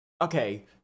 Okay